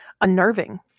unnerving